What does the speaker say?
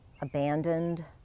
abandoned